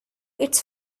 its